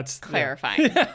clarifying